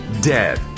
Dead